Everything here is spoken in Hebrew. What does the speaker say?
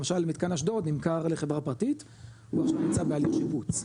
למשל מתקן אשדוד נמכר לחברה פרטית והוא נמצא בהליך שיפוץ,